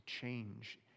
change